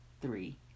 three